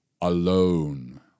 alone